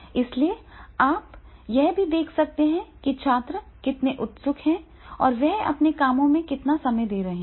इसलिए आप यह भी देख सकते हैं कि छात्र कितने उत्सुक हैं और वह अपने कामों में कितना समय दे रहा है